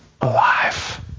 alive